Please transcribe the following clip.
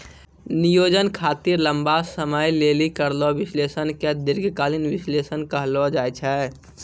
नियोजन खातिर लंबा समय लेली करलो विश्लेषण के दीर्घकालीन विष्लेषण कहलो जाय छै